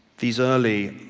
these early,